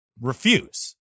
refuse